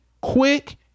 quick